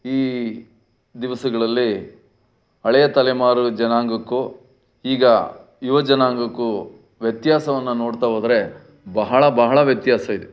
ಈ ದಿವಸಗಳಲ್ಲಿ ಹಳೆಯ ತಲೆಮಾರು ಜನಾಂಗಕ್ಕೂ ಈಗ ಯುವ ಜನಾಂಗಕ್ಕೂ ವ್ಯತ್ಯಾಸವನ್ನು ನೋಡ್ತಾ ಹೋದರೆ ಬಹಳ ಬಹಳ ವ್ಯತ್ಯಾಸ ಇದೆ